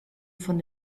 von